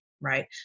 right